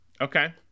Okay